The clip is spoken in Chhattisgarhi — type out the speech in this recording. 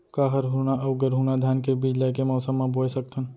का हरहुना अऊ गरहुना धान के बीज ला ऐके मौसम मा बोए सकथन?